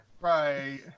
right